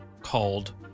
called